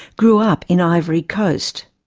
grew up in ivory coast.